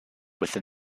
within